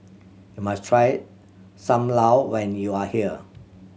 you must try Sam Lau when you are here